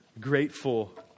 grateful